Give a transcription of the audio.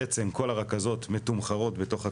בעצם כל הרכזות מתומחרות בתוך התעריף.